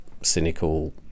cynical